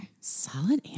Solid